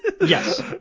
Yes